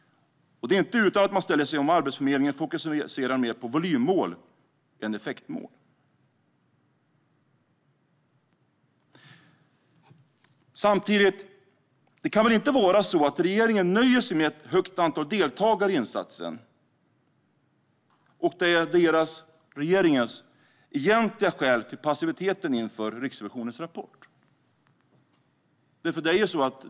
Det är inte utan att man ställer sig frågan om Arbetsförmedlingen fokuserar mer på volymmål än effektmål. Samtidigt: Det kan väl inte vara så att regeringen nöjer sig med ett högt antal deltagare i insatsen och att detta är regeringens egentliga skäl till passiviteten inför Riksrevisionens rapport?